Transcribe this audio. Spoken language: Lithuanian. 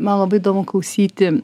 man labai įdomu klausyti